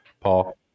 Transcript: Paul